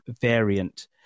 variant